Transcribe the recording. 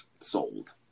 sold